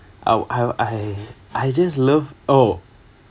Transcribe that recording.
I’d I I I just love oh